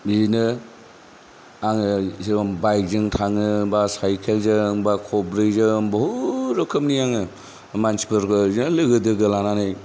बिदिनो आङो जेरखम बाइकजों थाङो बा साइकेलजों बा खबब्रैजों बहुथ रोखोमनि आङो मानसिफोरबो लोगो दोगो लानानै